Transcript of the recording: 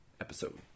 episode